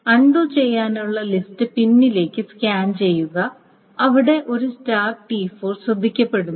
undo ചെയ്യാനുള്ള list പിന്നിലേക്ക് scan ചെയ്യുക അവിടെ ഒരു സ്റ്റാർട്ട് T4 ശ്രദ്ധിക്കപ്പെടുന്നു